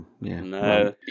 No